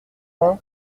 vingt